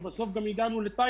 ובסוף גם תאילנד,